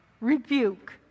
rebuke